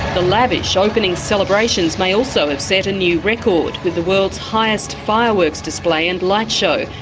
the lavish opening celebrations may also have set a new record, with the world's highest fireworks display and light show,